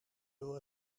door